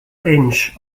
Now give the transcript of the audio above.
inch